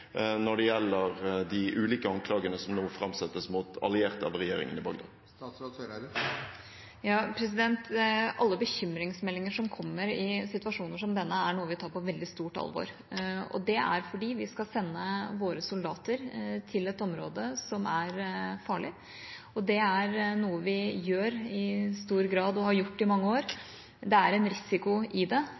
når det gjelder de ulike anklagene som nå framsettes mot allierte av regjeringen i Bagdad. Alle bekymringsmeldinger som kommer i situasjoner som denne, er noe vi tar på veldig stort alvor. Det er fordi vi skal sende våre soldater til et område som er farlig, og det er noe vi gjør og har gjort i stor grad i mange år. Det er en risiko i det,